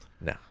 No